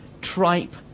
tripe